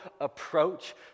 approach